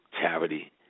Charity